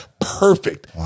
perfect